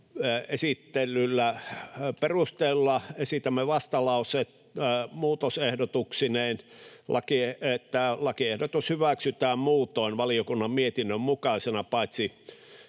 esittelyllä perustelulla esitämme vastalauseen muutosehdotuksineen, että lakiehdotus hyväksytään muutoin valiokunnan mietinnön mukaisena, paitsi